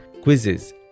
quizzes